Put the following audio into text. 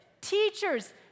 teachers